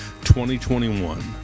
2021